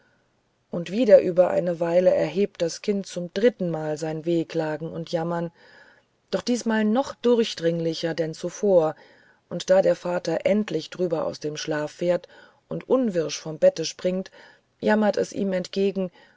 und wider über eine weil erhebt das kind zum drittenmal sein wehklagen und jammer doch diesmal noch durchdringlicher denn zuvor und da der vater endlich drüber aus dem schlaf fährt und unwirsch vom bette springt jammert es ihm entgegen